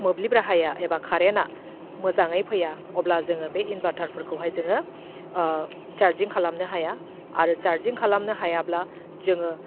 मोब्लिब राहाया एबा कारेना मोजाङै फैया अब्ला जोङो बे इनभारटारफोरखौहाय जोङो चारजिं खालामनो हाया आरो चारजिं खालामनो हायाब्ला जोङो